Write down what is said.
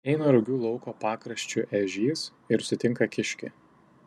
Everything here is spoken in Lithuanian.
eina rugių lauko pakraščiu ežys ir sutinka kiškį